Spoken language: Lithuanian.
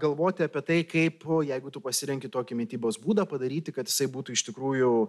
galvoti apie tai kaip o jeigu tu pasirenki tokį mitybos būdą padaryti kad jisai būtų iš tikrųjų